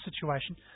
situation